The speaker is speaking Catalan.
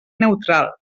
neutral